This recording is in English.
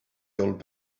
old